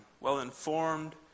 well-informed